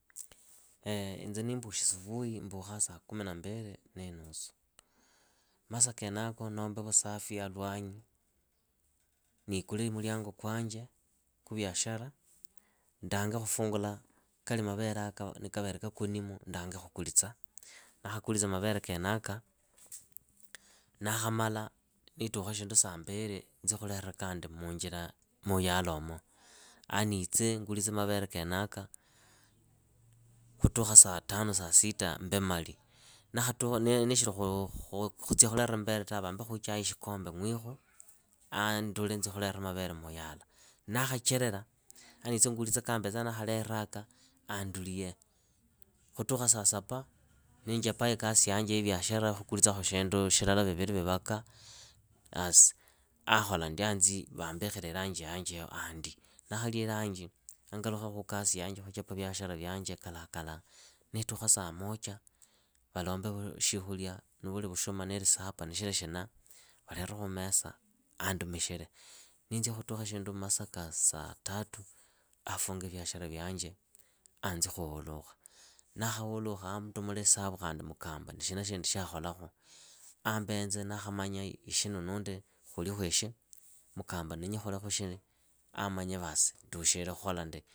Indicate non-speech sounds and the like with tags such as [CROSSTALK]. [HESITATION] inze niimbukhi supuhi mbukhaa sakumi na mbili niinusu. Masa kenako nombe vusafi halwanyi, ndikule mulyango kwanje kwa viashara. ndane khukulitsa ni kali mavereaka ni kavere kakonimu ndange khukulitsa, ndakhakulitsa nda khamala niitukha saa mbili nzi khulera kandi muyalaomo anditse ngulitse mavere kenaka khutukha saa tano saa sita mbe mali. nishili khutsia khulera mavere vambe ichai shikombe ngwikhu. andule nzi khulera mavere muyala. Ndakhachelera hangulitse kaambetsa kaambetsa ndaakhaleraaka, a ndulie. khutukha saa sapa. niinjapa ikasi yanje ya viashara khukulitsakhu shindu shilala vviri, vaka. As anzia vambikhile lanji yanje yaho andi. Ndakhalya lanji a ngalukhe khukasi yanje khukola viashara vyanje kalaha kalaha niitukha saa mocha. valombe shikhulia, vuli vushuma niili sapa nishili shina. valere khumesa aa ndumikhile. Ninzia khutukha mushindu masa ka saa tatu. aa funge viashara vyanje aa nzi khuhulukha. Ndakhahulukha aa ndumbure isapu khandi mukamba shina shindi shyakholakhu ambenze ndakhamanya ishi ni nundi mukamba ndenyi kholekhuishi, amanye vas ndukhire khuishi.